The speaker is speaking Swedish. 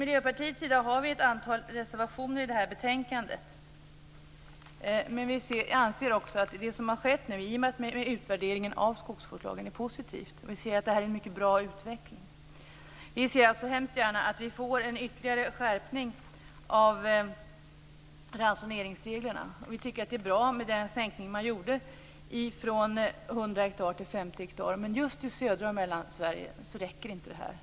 Miljöpartiet har ett antal reservationer i detta betänkande. Det som nu har skett i och med utvärderingen av skogsvårdslagen är positivt, och vi ser att det är en mycket bra utveckling. Vi ser alltså mycket gärna att vi får en ytterligare skärpning av ransoneringsreglerna. Vi tycker att det är bra med den sänkning som gjordes från 100 hektar till 50 hektar. Men just i södra Sverige och Mellansverige räcker inte detta.